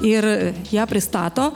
ir ją pristato